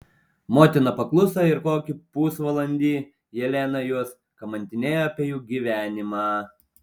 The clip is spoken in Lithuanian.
motina pakluso ir kokį pusvalandį helena juos kamantinėjo apie jų gyvenimą